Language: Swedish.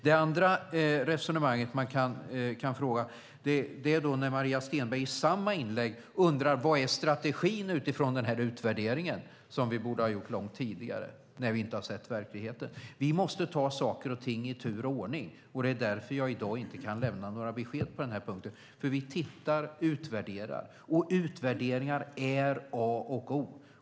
I samma inlägg undrar Maria Stenberg vad som är strategin utifrån utvärderingen som vi borde ha gjort långt tidigare, när vi inte har sett verkligheten. Vi måste ta saker och ting i tur och ordning. Det är därför som jag i dag inte kan lämna några besked på den här punkten, för vi tittar och utvärderar, och utvärderingar är A och O.